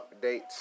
updates